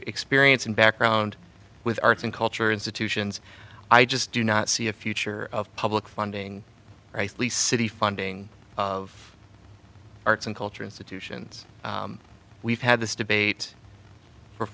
experience and background with arts and culture institutions i just do not see a future of public funding rightly city funding of arts and culture institutions we've had this debate for